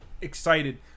excited